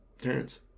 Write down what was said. Terrence